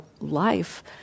life